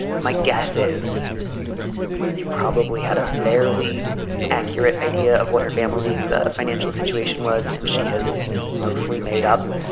my guess is you you probably had a fairly accurate idea of what her family's financial situation was. and she has mostly made up.